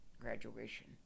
graduation